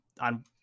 on